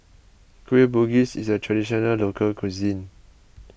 Kueh Bugis is a Traditional Local Cuisine